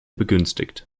begünstigt